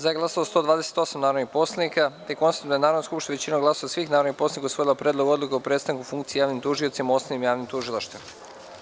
Za je glasalo 128 narodnih poslanika, te konstatujem da je Narodna skupština većinom glasova svih narodnih poslanika usvojila Predlog odluke o prestanku funkcije javnim tužiocima u osnovnim javnim tužilaštvima.